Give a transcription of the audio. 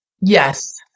Yes